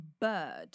Bird